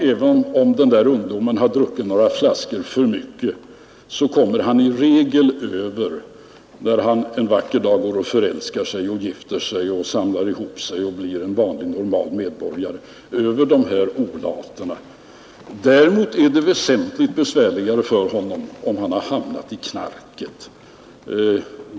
Även om den unge har druckit några flaskor för mycket, så kommer han i regel över olaterna när han en vacker dag förälskar sig och gifter sig och samlar ihop sig och blir en vanlig normal medborgare. Däremot är det väsentligt besvärligare för honom, om han har hamnat i knarket.